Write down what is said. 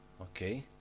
Okay